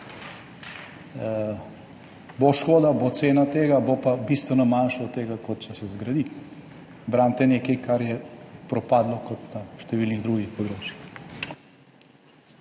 Bo škoda, bo cena tega, bo pa bistveno manjša od tega, kot če se zgradi. Branite nekaj, kar je propadlo, kot na številnih drugih področjih.